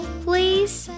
please